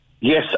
Yes